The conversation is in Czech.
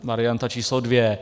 Varianta číslo dvě.